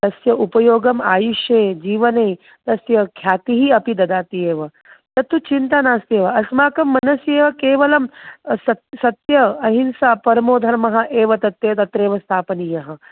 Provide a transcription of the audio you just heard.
तस्य उपयोगम् आयुष्ये जीवने तस्य ख्यातिः अपि ददाति एव तत्तु चिन्ता नास्ति एव अस्माकं मनसि एव केवलं सत्यं सत्यम् अहिंसा परमो धर्मः एव तत् ते तत्रैव स्थापनीयः